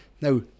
Now